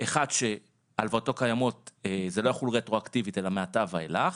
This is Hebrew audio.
אחד שהלוואתו קיימות זה לא יחול רטרואקטיבית אלא מעתה ואליך,